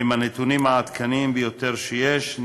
עם הנתונים העדכניים ביותר שיש,